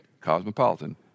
cosmopolitan